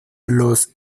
los